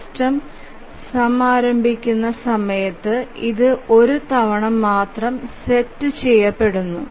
system സമാരംഭിക സമയത്ത് ഇത് ഒരു തവണ സെറ്റ് ചെയപെടുന്നു